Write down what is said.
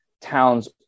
Towns